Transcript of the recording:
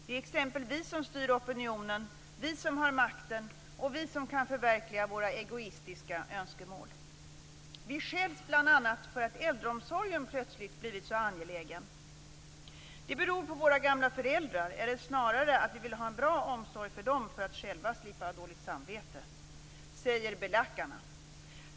Det är t.ex. vi som styr opinionen, vi som har makten, vi som kan förverkliga egoistiska önskemål. Vi skälls bl.a. för att äldreomsorgen plötsligt blivit så angelägen. Det beror på våra gamla föräldrar eller snarare att vi vill ha en bra omsorg för dem för att själva slippa ha dåligt samvete. Detta säger belackarna.